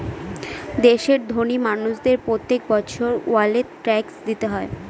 দেশের ধোনি মানুষদের প্রত্যেক বছর ওয়েলথ ট্যাক্স দিতে হয়